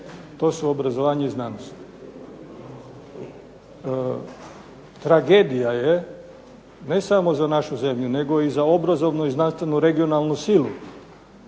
to su obrazovanje i znanost. Tragedija je ne samo za našu zemlju nego i za obrazovno znanstvenu regionalnu silu